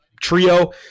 trio